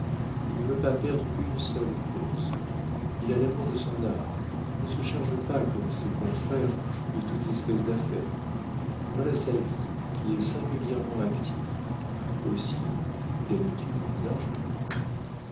il ne veut pas perdre une seule cause il a l'amour de son art il ne se charge pas comme ses confrères de toute espèce d'affaire voilà sa vie qui est singulièrement active aussi gagne t il beaucoup d'argent